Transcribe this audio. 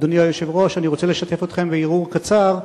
אדוני היושב-ראש, אני רוצה לשתף אתכם בהרהור קצר.